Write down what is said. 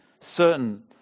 certain